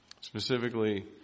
Specifically